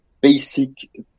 basic